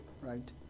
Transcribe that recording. Right